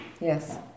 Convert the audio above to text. Yes